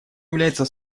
является